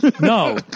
No